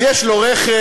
אז יש לו רכב,